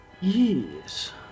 Yes